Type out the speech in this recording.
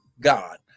God